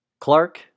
Clark